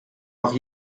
auch